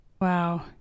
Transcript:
wow